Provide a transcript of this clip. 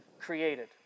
created